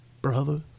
brother